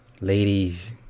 ladies